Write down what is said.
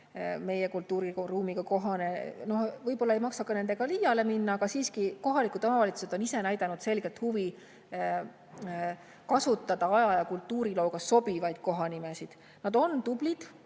meie kultuuriruumi kohane. Samas ei maksa sellega ka liiale minna. Aga siiski kohalikud omavalitsused on ise näidanud selget huvi kasutada aja- ja kultuurilooga sobivaid kohanimesid. Nad on tublid.